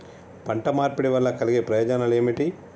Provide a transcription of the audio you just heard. పంట మార్పిడి వల్ల కలిగే ప్రయోజనాలు ఏమిటి?